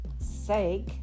sake